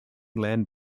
land